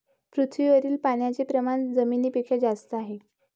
पृथ्वीवरील पाण्याचे प्रमाण जमिनीपेक्षा जास्त आहे